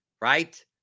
right